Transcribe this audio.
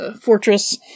fortress